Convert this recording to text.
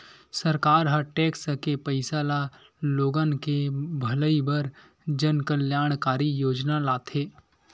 सरकार ह टेक्स के पइसा ल लोगन के भलई बर जनकल्यानकारी योजना लाथे